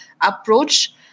approach